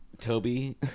toby